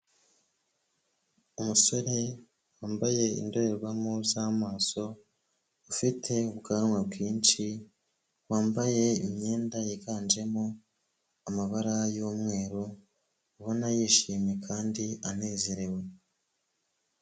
Umusore wambaye indorerwamo z'amaso , ufite ubwanwa bwinshi, wambaye imyenda yiganjemo amabara yumweru, ubona yishimye kandi anezerewe.